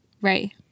Right